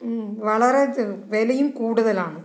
വളരെ ഇത് വിലയും കൂടുതലാണ്